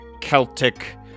Celtic